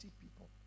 people